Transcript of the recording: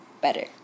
better